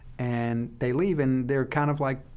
and they leave, and they're kind of like,